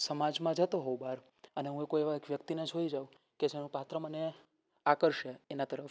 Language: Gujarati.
સમાજમાં જતો હોઉં બહાર અને હું કોઈ એવા એક વ્યક્તિને જોઈ જાઉં કે જેનું પાત્ર મને આકર્ષે એના તરફ